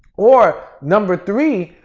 or number three,